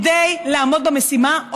כדי לעמוד במשימה.